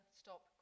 stop